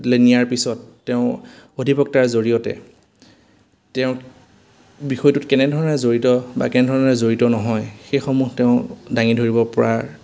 লে নিয়াৰ পিছত তেওঁ অধিবক্তাৰ জৰিয়তে তেওঁ বিষয়টোত কেনেধৰণে জড়িত বা কেনেধৰণে জড়িত নহয় সেইসমূহ তেওঁ দাঙি ধৰিব পৰা